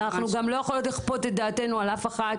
אנחנו גם לא יכולות לכפות את דעתנו על אף אחת.